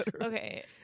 Okay